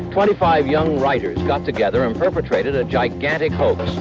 twenty five young writers got together and perpetrated a gigantic hoax.